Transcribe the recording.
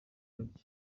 bake